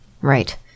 Right